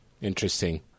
Interesting